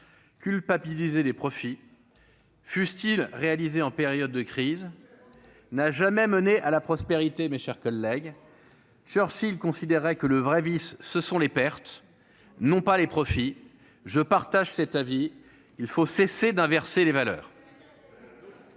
culpabiliser les profits fustige réalisé en période de crise n'a jamais mené à la prospérité, mes chers collègues, Churchill considérait que le vrai vie ce sont les pertes non pas les profits je partage cet avis : il faut cesser d'inverser les valeurs.